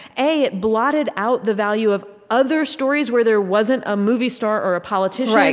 a it blotted out the value of other stories where there wasn't a movie star or a politician, like